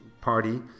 party